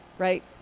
right